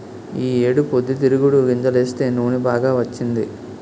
ఈ ఏడు పొద్దుతిరుగుడు గింజలేస్తే నూనె బాగా వచ్చింది